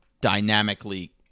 dynamically